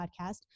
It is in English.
podcast